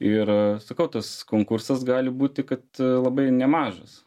ir sakau tas konkursas gali būti kad labai nemažas